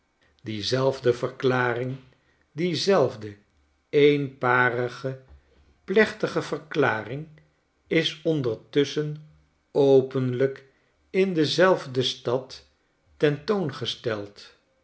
diezelfde verklaring diezelfde eenparige plechtige verklaring is ondertusschen openlijk in dezelfde stad ten toon gesteld